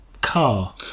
car